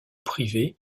privée